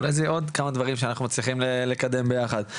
אולי אלה יהיו עוד כמה דברים שנצליח לקדם ביחד.